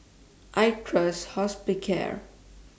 I Trust Hospicare